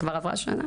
כבר עברה שנה?